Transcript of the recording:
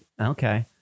Okay